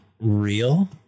real